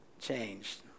changed